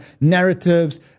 narratives